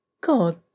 God